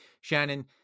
Shannon